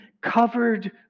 covered